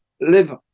live